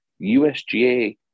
USGA